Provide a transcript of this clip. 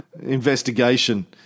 investigation